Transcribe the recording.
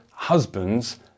Husbands